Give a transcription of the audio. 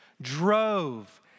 drove